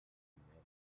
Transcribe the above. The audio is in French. primaires